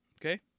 Okay